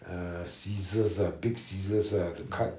uh scissors ah big scissors to cut